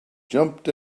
jumped